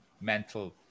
mental